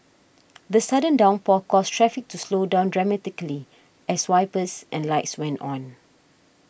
the sudden downpour caused traffic to slow down dramatically as wipers and lights went on